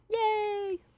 Yay